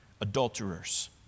Adulterers